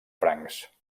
francs